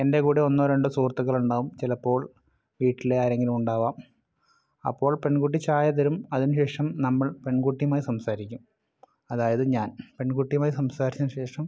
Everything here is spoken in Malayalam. എൻ്റെ കൂടെ ഒന്നോ രണ്ടോ സുഹൃത്തുക്കളുണ്ടാവും ചിലപ്പോൾ വീട്ടിലെ ആരെങ്കിലും ഉണ്ടാവാം അപ്പോൾ പെൺകുട്ടി ചായ തരും അതിനുശേഷം നമ്മൾ പെൺകുട്ടിയുമായി സംസാരിക്കും അതായത് ഞാൻ പെൺകുട്ടിയമായി സംസാരിച്ചശേഷം